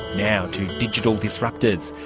now to digital disrupters.